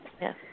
Yes